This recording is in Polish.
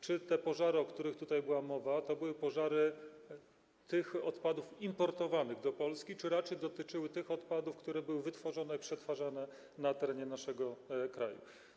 Czy pożary, o których tutaj była mowa, to były pożary odpadów importowanych do Polski, czy raczej dotyczyły odpadów, które były wytwarzane i przetwarzane na terenie naszego kraju?